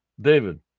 David